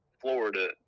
Florida